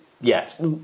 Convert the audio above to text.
yes